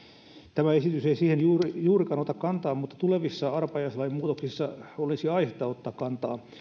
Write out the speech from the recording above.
tämä esitys ei siihen juurikaan ota kantaa mutta tulevissa arpajaislain muutoksissa olisi aihetta ottaa kantaa